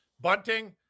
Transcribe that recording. Bunting